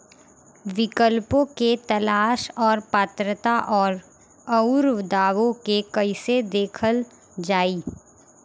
विकल्पों के तलाश और पात्रता और अउरदावों के कइसे देखल जाइ?